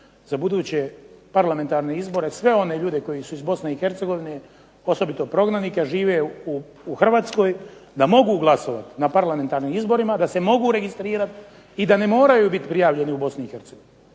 za buduće parlamentarne izbore sve one ljude koji su iz Bosne i Hercegovine osobito prognanike i žive u Hrvatskoj, da mogu glasovati na parlamentarnim izborima, da se mogu registrirati i da ne moraju biti prijavljeni u Bosni i Hercegovini.